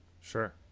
Sure